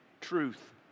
truth